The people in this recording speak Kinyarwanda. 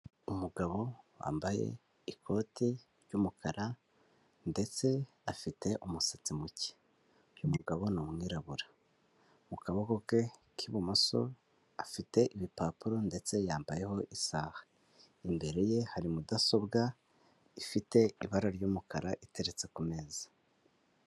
Umugabo wambaye ikoti ry'umukara ndetse afite umusatsi muke. Uyu mugabo ni umwirabura mu kaboko ke k'ibumoso afite ibipapuro ndetse yambayeho isaha. Imbere ye hari mudasobwa ifite ibara ry'umukara iteretse ku meza.